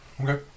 Okay